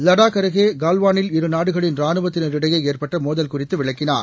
லடாக் அருகே கல்வானில் இருநாடுகளின் ராணுவத்தினரிடையே ஏற்பட்ட மோதல் குறித்து விளக்கினார்